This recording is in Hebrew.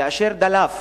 כאשר דלף